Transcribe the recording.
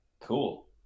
Cool